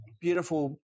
beautiful